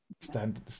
stand